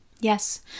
yes